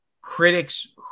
critics